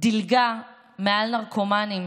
דילגה מעל נרקומנים,